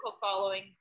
following